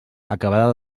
acabada